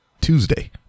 tuesday